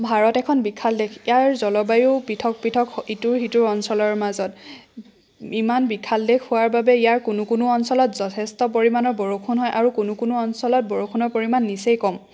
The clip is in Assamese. ভাৰত এখন পৃথক দেশ ইয়াৰ জলবায়ু পৃথক পৃথক ইটোৰ সিটোৰ অঞ্চলৰ মাজত ইমান বিশাল দেশ হোৱাৰ বাবে ইয়াৰ কোনো কোনো অঞ্চলত যথেষ্ট পৰিমাণৰ বৰষুণ হয় আৰু কোনো অঞ্চলত বৰষুণৰ পৰিমাণ নিচেই কম